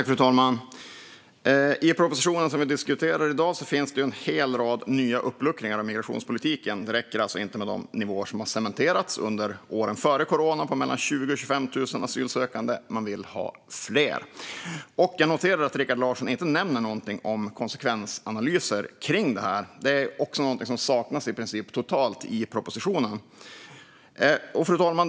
Fru talman! I propositionen som vi diskuterar i dag finns det en hel rad nya uppluckringar av migrationspolitiken. Det räcker alltså inte med de nivåer som har cementerats under åren före corona på mellan 20 000 och 25 000 asylsökande. Man vill ha fler. Jag noterar att Rikard Larsson inte nämner någonting om konsekvensanalyser kring detta. Det är också någonting som i princip saknas totalt i propositionen. Fru talman!